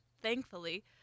thankfully